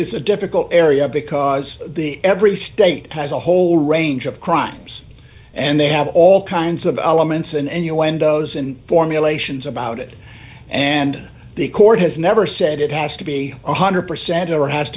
is a difficult area because the every state has a whole range of crimes and they have all kinds of elements and you end up as in formulations about it and the court has never said it has to be one hundred percent or has